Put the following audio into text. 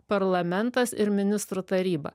parlamentas ir ministrų taryba